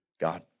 God